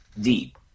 deep